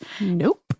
Nope